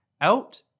out